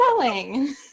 selling